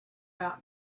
out